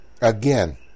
again